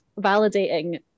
validating